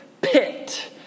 pit